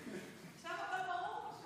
פשוט עכשיו הכול ברור.